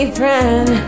friend